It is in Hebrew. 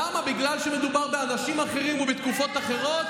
למה, בגלל שמדובר באנשים אחרים ובתקופות אחרות?